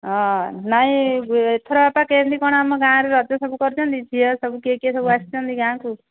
ହଁ ନାଇଁ ଏଥର ବାପା କେମିତି କ'ଣ ଆମ ଗାଁରେ ରଜ ସବୁ କରୁଛନ୍ତି ଝିଅ ସବୁ କିଏ କିଏ ସବୁ ଆସିଛନ୍ତି ଗାଁକୁ